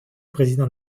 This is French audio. président